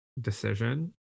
decision